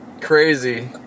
crazy